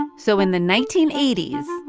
and so in the nineteen eighty s,